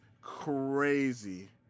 crazy